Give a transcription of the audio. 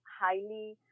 highly